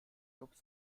flops